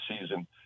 season